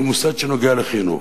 היא מוסד שנוגע לחינוך,